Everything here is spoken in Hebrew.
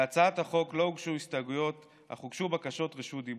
להצעת החוק לא הוגשו הסתייגויות אך הוגשו בקשות רשות דיבור.